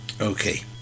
Okay